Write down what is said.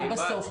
ענבל,